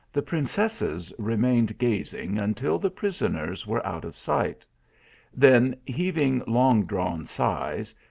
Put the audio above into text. the princesses remained gazing until the prison ers were out of sight then heaving long-drawn sighs,